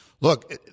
look